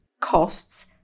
costs